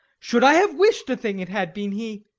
should i have wish'd a thing, it had been he.